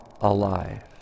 alive